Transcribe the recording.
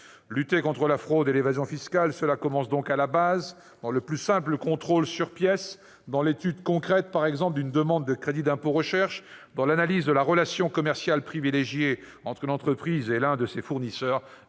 Lutter contre la fraude et l'évasion fiscales, cela commence donc à la base, par le plus simple contrôle sur pièces, par l'étude concrète, par exemple, d'une demande de crédit d'impôt recherche, par l'analyse de la relation commerciale privilégiée entre une entreprise et l'un de ses fournisseurs